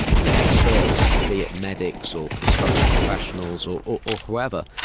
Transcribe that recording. ah you know, experts, be it medics or construction professionals or or whoever,